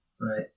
Right